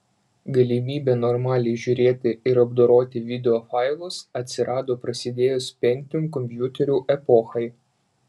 galimybė normaliai žiūrėti ir apdoroti videofailus atsirado prasidėjus pentium kompiuterių epochai